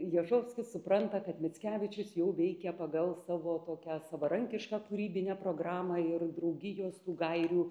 ježovskis supranta kad mickevičius jau veikia pagal savo tokią savarankišką kūrybinę programą ir draugijos tų gairių